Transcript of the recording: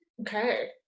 Okay